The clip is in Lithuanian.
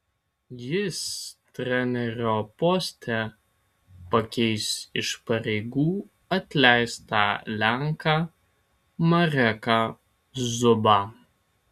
jis trenerio poste pakeis iš pareigų atleistą lenką mareką zubą